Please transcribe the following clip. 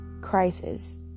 crisis